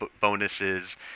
bonuses